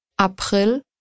April